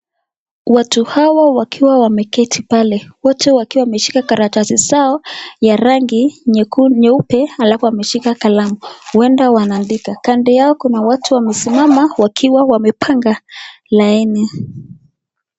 Watu hawa wakiwa wameketi pale, wote wakiwa wameshika karatasi zao ya rangi nyeupe alafu wameshika kalamu, huenda wanaandika. Kando yao kuna watu wamesimama wakiwa wamepanga laini.